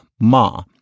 ma